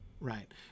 Right